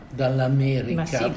dall'America